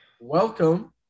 welcome